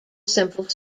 simple